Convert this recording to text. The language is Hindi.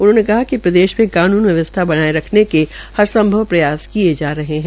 उन्होंने कहा कि प्रदेश में कानून में वाहन व्यवस्था बनाये रखने के हर संभव प्रयास किये जा रहे है